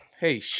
hey